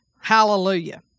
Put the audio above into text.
Hallelujah